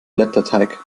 blätterteig